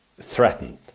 threatened